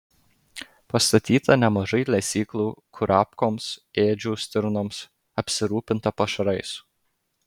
pastatyta nemažai lesyklų kurapkoms ėdžių stirnoms apsirūpinta pašarais